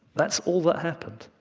that's all that happened.